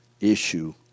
issue